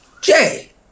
Jay